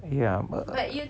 ya but